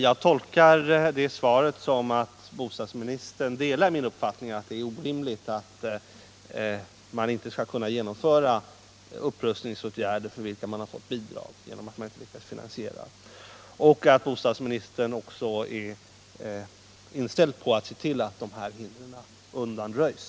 Jag tolkar beskedet så, att bostadsministern delar min uppfattning att det är orimligt att man inte skall kunna genomföra upprustningsåtgärder, för vilka man har fått bidrag, och att bostadsministern också är inställd på att se till att dessa hinder undanröjs.